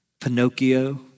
Pinocchio